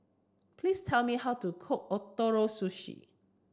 please tell me how to cook Ootoro Sushi